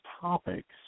topics